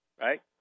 right